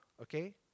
okay